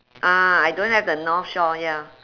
ah I don't have the north shore ya